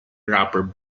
rapper